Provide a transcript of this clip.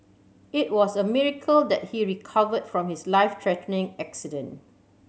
it was a miracle that he recovered from his life threatening accident